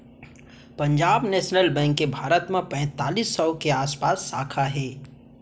Punjab national bank के भारत म पैतालीस सौ के आसपास साखा हे